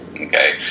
okay